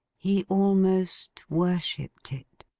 he almost worshipped it.